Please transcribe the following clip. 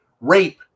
Rape